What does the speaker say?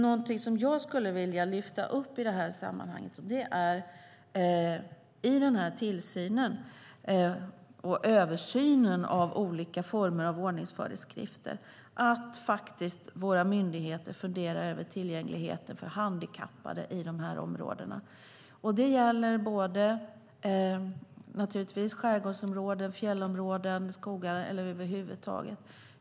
Någonting som jag skulle vilja lyfta upp i det här sammanhanget är att våra myndigheter vid tillsynen och översynen av olika former av ordningsföreskrifter funderar över tillgängligheten för handikappade i de här områdena. Det gäller såväl skärgårdsområden som fjällområden och skogar.